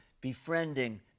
befriending